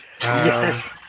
Yes